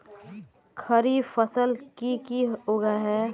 खरीफ फसल की की उगैहे?